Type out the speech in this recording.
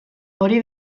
hori